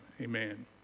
amen